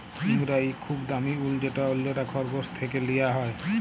ইঙ্গরা ইক খুব দামি উল যেট অল্যরা খরগোশ থ্যাকে লিয়া হ্যয়